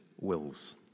wills